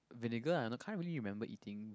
vinegar ah but can't really remember eating